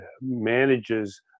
manages